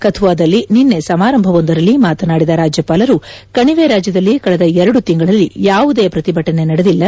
ಕಥುವಾದಲ್ಲಿ ನಿನ್ನೆ ಸಮಾರಂಭವೊಂದರಲ್ಲಿ ಮಾತನಾಡಿದ ರಾಜ್ಯಪಾಲರು ಕಣಿವೆ ರಾಜ್ಞದಲ್ಲಿ ಕಳೆದ ಎರಡು ತಿಂಗಳಲ್ಲಿ ಯಾವುದೇ ಪ್ರತಿಭಟನೆ ನಡೆದಿಲ್ಲ